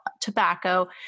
tobacco